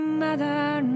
mother